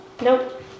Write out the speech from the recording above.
Nope